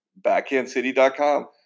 BackhandCity.com